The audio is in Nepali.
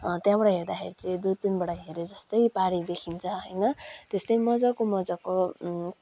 त्यहाँबाट हेर्दाखेरि चाहिँ दुर्पिनबाट हेरे जस्तै पारि देखिन्छ होइन त्यस्तै मज्जाको मज्जाको